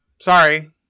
Sorry